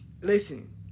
listen